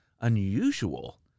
unusual